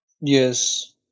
Yes